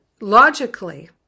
logically